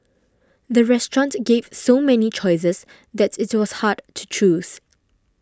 the restaurant gave so many choices that it was hard to choose